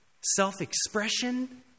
self-expression